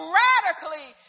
radically